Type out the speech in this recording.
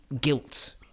guilt